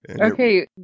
Okay